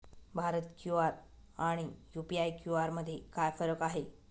Bharat QR आणि UPI QR मध्ये काय फरक आहे?